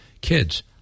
Kids